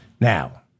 Now